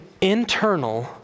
internal